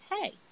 hey